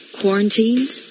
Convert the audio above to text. quarantined